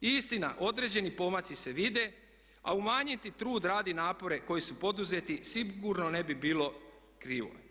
I istina, određeni pomaci se vide, a umanjiti trud, rad i napore koji su poduzeti sigurno ne bi bilo krivo.